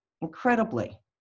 incredibly